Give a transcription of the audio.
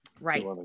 right